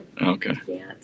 Okay